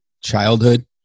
childhood